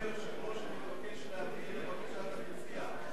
אדוני היושב-ראש, אני מבקש להבהיר, לבקשת המציע: